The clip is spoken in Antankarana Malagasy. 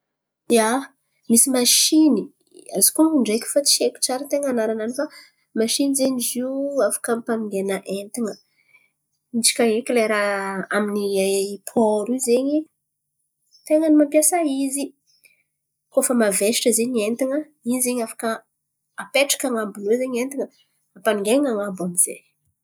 Ia, misy masìny azoko onon̈o ndreky fa tsy haiko tsara ten̈a an̈aranany fa masìny zen̈y izy io afaka ampanongaina entana. Intsaka eky lera amin'ny pôro in̈y zen̈y ten̈a ny mampiasa izy. Koa fa mavesatra zen̈y entan̈a in̈y zen̈y afaka apetraka an̈abony iô zen̈y entan̈a, ampanongaina an̈abo amy zay.